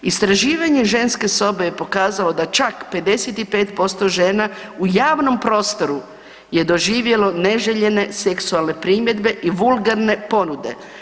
Istraživanje Ženske sobe je pokazalo da čak 55% žena u javnom prostoru je doživjelo neželjene seksualne primjedbe i vulgarne ponude.